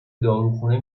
داروخانه